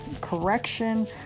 correction